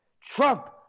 Trump